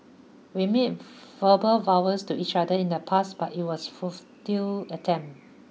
we made verbal vows to each other in the past but it was a futile attempt